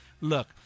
Look